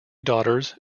daughters